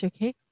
Okay